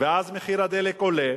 ואז מחיר הדלק עולה,